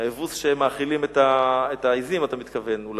האבוס שהם מאכילים את העזים, אתה מתכוון אולי.